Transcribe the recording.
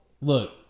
look